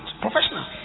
professional